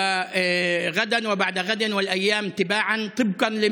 שלשום נפתח מרכז